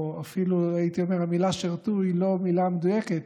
או אפילו הייתי אומר שהמילה "שירתו" היא לא מילה מדויקת,